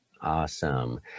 Awesome